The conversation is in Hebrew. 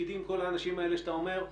פקידים וכל האנשים האלה שאת אומר,